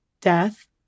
death